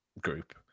group